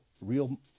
real